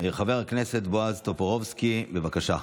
חבר הכנסת בועז טופורובסקי, בבקשה.